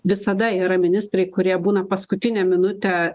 visada yra ministrai kurie būna paskutinę minutę